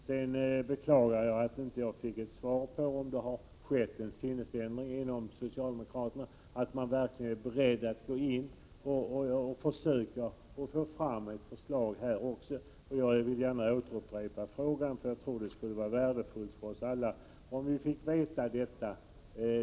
Jag beklagar att jag inte fick något svar på frågan om det skett någon sinnesändring hos socialdemokraterna och om man verkligen är beredd att försöka få fram ett förslag om lägre moms på baslivsmedel. Jag vill gärna upprepa den frågan. Jag tror att det skulle vara värdefullt för oss alla om vi fick veta detta.